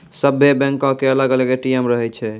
सभ्भे बैंको के अलग अलग ए.टी.एम रहै छै